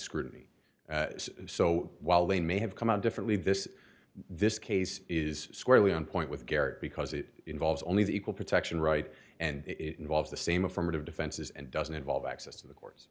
scrutiny so while they may have come out differently this this case is squarely on point with garrett because it involves only the equal protection right and it involves the same affirmative defenses and doesn't involve access to the courts